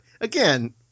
again